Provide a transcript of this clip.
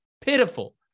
pitiful